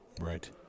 Right